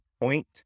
point